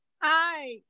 hi